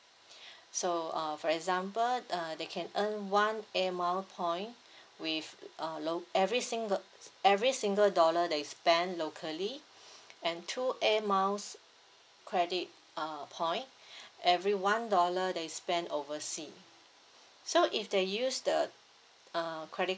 so uh for example uh they can earn one airmile point with uh local every single every single dollar they spent locally and two airmiles credit uh point every one dollar they spent oversea so if they use the uh credit